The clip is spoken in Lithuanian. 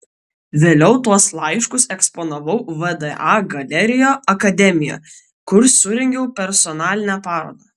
vėliau tuos laiškus eksponavau vda galerijoje akademija kur surengiau personalinę parodą